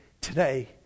today